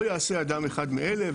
לא יעשה אדם אחד מאלה,